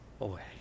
away